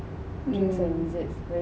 hmm